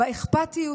באכפתיות